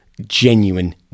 genuine